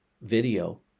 video